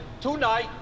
tonight